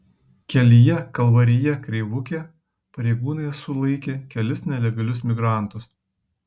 kelyje kalvarija kreivukė pareigūnai sulaikė kelis nelegalius migrantus